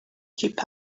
keep